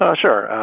ah sure.